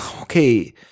okay